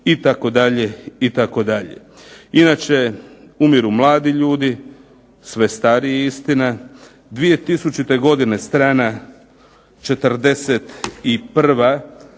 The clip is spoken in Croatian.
u zapošljavanju, itd., itd. Inače umiru mladi ljudi, sve stariji istina. 2000. godine strana 41., to je